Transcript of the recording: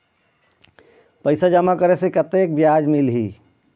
पैसा जमा करे से कतेक ब्याज मिलही?